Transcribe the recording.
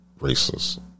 Racist